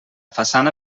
façana